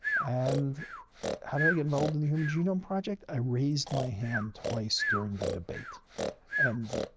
and how did i get involved in the human genome project? i raised my hand twice during the debate and